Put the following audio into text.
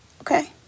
okay